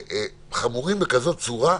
חמורים בכזאת צורה,